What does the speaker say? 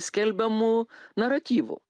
skelbiamu naratyvu